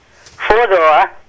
four-door